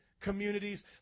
communities